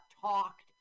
talked